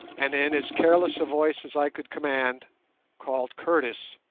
and in as careless a voice as i could command called curtis.